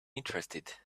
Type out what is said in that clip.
interested